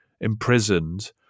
imprisoned